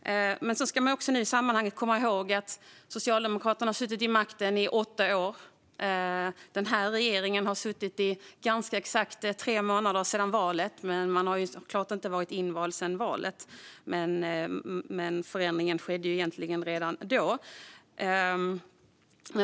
Men man ska i det här sammanhanget också komma ihåg att Socialdemokraterna har suttit vid makten i åtta år och att den här regeringen har suttit i ganska exakt tre månader sedan valet. Den har så klart inte varit invald sedan valet, men förändringen skedde ju egentligen redan då.